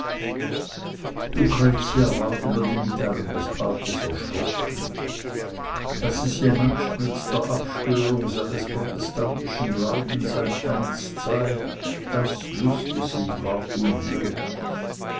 lucretia war über die mitteilung des paters erschrocken daß es jenatsch mit der abschwörung seines protestantischen glaubens ein ernst sei das wußte sie war unmöglich